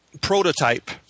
prototype